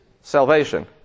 salvation